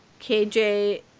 KJ